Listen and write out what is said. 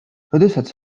როდესაც